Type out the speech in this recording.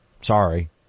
sorry